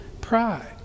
pride